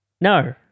No